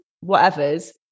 whatever's